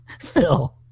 Phil